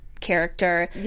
character